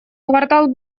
квартал